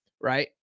Right